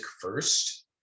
first